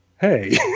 Hey